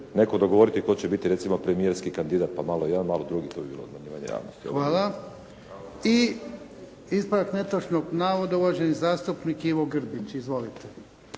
netko dogovoriti tko će biti premijerski kandidat, pa malo ja, malo drugi to bi bilo obmanjivanje javnosti. **Jarnjak, Ivan (HDZ)** Hvala. I ispravak netočnog navoda, uvaženi zastupnik Ivo Grbić. Izvolite.